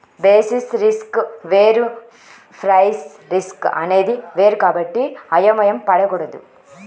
basis risk వేరు price risk అనేది వేరు కాబట్టి అయోమయం పడకూడదు